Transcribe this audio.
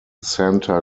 santa